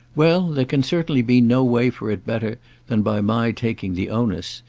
well, there can certainly be no way for it better than by my taking the onus.